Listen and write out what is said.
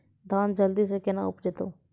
धान जल्दी से के ना उपज तो?